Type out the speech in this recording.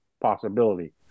possibility